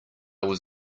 was